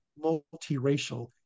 multiracial